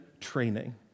training